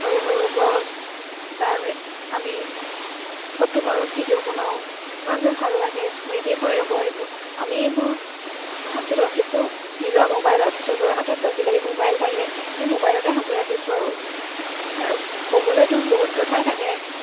সৰু সৰু গছ তাৰ আমি ফটো মাৰোঁ ভিডিঅ' বনাওঁ কিমান যে ভাল লাগে স্মৃতি হৈ ৰ'ব এইবোৰ আমি এইবোৰ সাঁচি ৰাখিছোঁ নিজৰ মোবাইলত সবৰে হাতত আজিকালি মোবাইল থাকে সেই মোবাইলতে সাঁচি ৰাখিছোঁ আৰু ক'বলৈতো বহুত কথাই থাকে